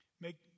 Make